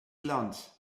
land